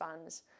fans